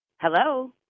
Hello